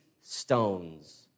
stones